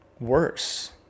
worse